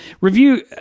review